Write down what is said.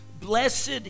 Blessed